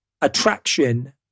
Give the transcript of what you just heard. attraction